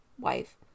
wife